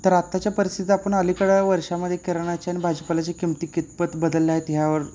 तर आत्ताच्या परिस्थितीत आपण अलिकडं वर्षामध्ये किराणाची आणि भाजीपाल्याची किमती कितपत बदलल्या आहेत ह्यावर